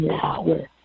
power